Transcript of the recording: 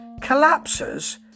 collapses